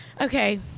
Okay